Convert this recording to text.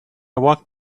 walked